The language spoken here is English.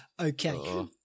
okay